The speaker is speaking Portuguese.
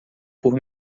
por